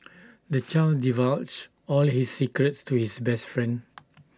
the child divulged all his secrets to his best friend